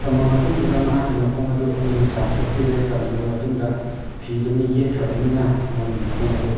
ꯊꯝꯃꯕ ꯃꯇꯨꯡꯗꯨꯗ ꯃꯍꯥꯛꯀꯤ ꯃꯈꯣꯡ ꯑꯗꯨ ꯑꯩꯅ ꯆꯥꯝꯊꯣꯛꯄꯤꯔꯦ ꯆꯥꯝꯊꯣꯛꯑ ꯃꯇꯨꯡꯗ ꯐꯤꯗꯨꯅ ꯌꯦꯠꯈ꯭ꯔꯕꯅꯤꯅ ꯃꯥꯒꯤ ꯃꯈꯣꯡ ꯑꯗꯨ